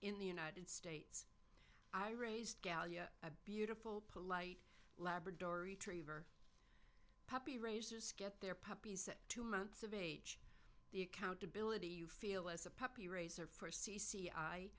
in the united states i raised gallia a beautiful polite labrador retriever puppy raisers get their puppies at two months of age the accountability you feel as a puppy raiser for c c i